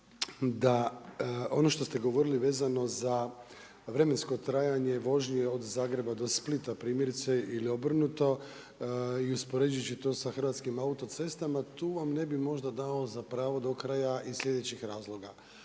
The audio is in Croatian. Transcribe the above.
da ono što ste govorili vezano za vremensko trajanje vožnji od Zagreba do Splita, primjerice ili obrnuto, i uspoređujući to sa hrvatskim autocestama, tu vam ne bi možda dao za pravo do kraja iz slijedećih razloga.